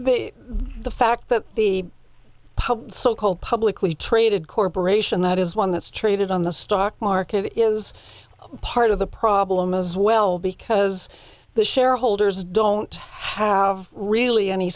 the fact that the public so called publicly traded corporation that is one that's traded on the stock market is part of the problem as well because the shareholders don't have really any